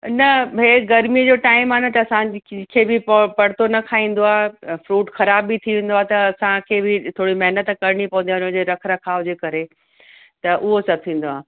न हे गरमीअ जो टाइम आहे न त असांजी खी खे बि प परितो न खाईंदो आहे फ़्रूट खराबु बि थी वेंदो आहे त असांखे बि महिनत करिणी पवंदी आहे उनजे रखु रखाव जे करे त उहे सभु थींदो आहे